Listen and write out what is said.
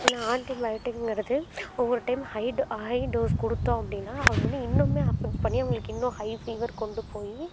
ஏன்னா ஆண்ட்டிபயாட்டிங்கிறது ஒவ்வொரு டைம் ஹை டோ ஹை டோஸ் கொடுத்தோம் அப்படின்னா அது வந்து இன்னும் அஃபன்ஸ் பண்ணி அவங்களுக்கு இன்னும் ஹைஃபீவர் கொண்டு போய்